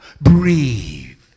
Breathe